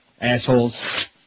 assholes